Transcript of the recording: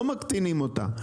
לא מקטינים אותה,